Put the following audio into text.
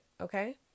Okay